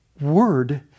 word